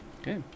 okay